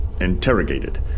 interrogated